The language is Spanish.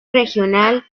regional